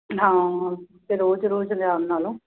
ਹਾਂ ਤੇ ਰੋਜ਼ ਰੋਜ਼ ਲਿਆਉਣ ਨਾਲੋਂ